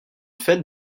fête